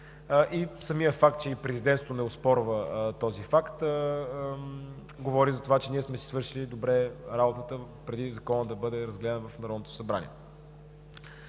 и самият факт, че и Президентството не го оспорва, говори за това, че ние сме си свършили добре работата преди Законът да бъде разгледан в Народното събрание.